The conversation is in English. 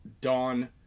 Dawn